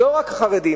לא רק חרדים.